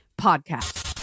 Podcast